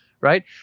right